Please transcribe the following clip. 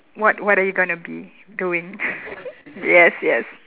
what what are you gonna be doing yes yes